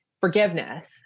forgiveness